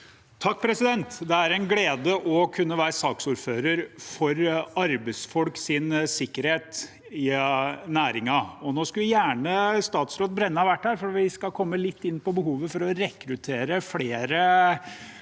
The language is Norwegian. for saken): Det er en glede å kunne være saksordfører for arbeidsfolks sikkerhet i næringen. Nå skulle gjerne statsråd Brenna vært her, for vi skal komme litt inn på behovet for å rekruttere flere